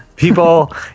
People